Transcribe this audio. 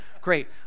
great